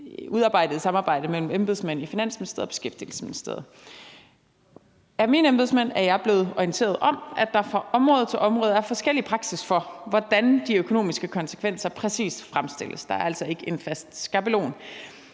udarbejdet i samarbejde mellem embedsmænd i Finansministeriet og Beskæftigelsesministeriet. Af mine embedsmænd er jeg blevet orienteret om, at der fra område til område er forskellig praksis for, hvordan de økonomiske konsekvenser præcis fremstilles – der er altså ikke en fast skabelon